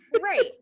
right